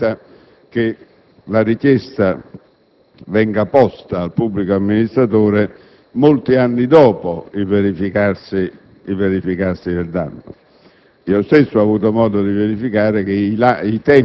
Ancora adesso sicuramente può capitare e capita che la richiesta di risarcimento venga posta al pubblico amministratore molti anni dopo il verificarsi del danno.